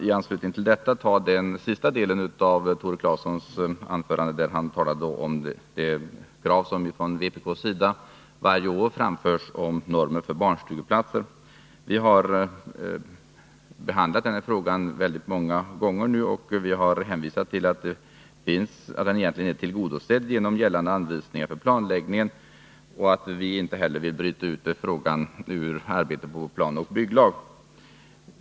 I anslutning till detta vill jag sedan ta upp den del av Tore Claesons anförande där han talade om de krav som vpk varje år framställer på normer för barnstugeplatser. Vi har behandlat denna fråga många gånger och vi har hänvisat till att motionens önskemål egentligen är tillgodosett genom gällande anvisningar för planläggning och att vi inte heller vill bryta ut frågan ur arbetet på en ny planoch bygglag.